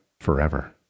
forever